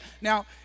now